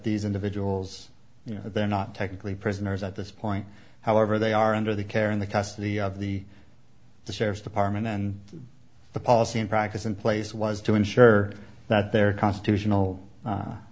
these individuals you know they're not technically prisoners at this point however they are under the care in the custody of the the sheriff's department and the policy in practice in place was to ensure that their constitutional